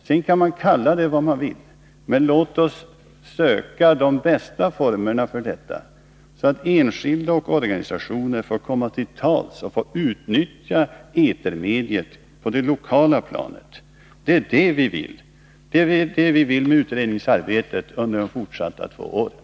Sedan kan man kalla det vad man vill, men låt oss söka de bästa formerna för detta, så att enskilda och organisationer får komma till tals och får utnyttja etermediet på det lokala planet. Det är detta vi vill med utredningsarbetet under de fortsatta två åren.